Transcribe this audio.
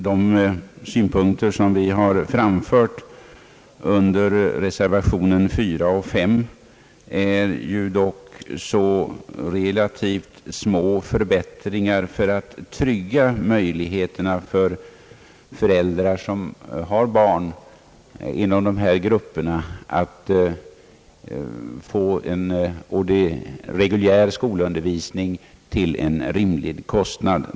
De synpunkter som vi framfört i reserva tionerna 4 och 5 innebär dock relativt små förbättringar för att trygga möjligheterna för föräldrar som har barn inom dessa grupper att få en reguljär skolundervisning till en rimlig kostnad.